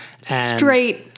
Straight